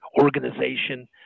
organization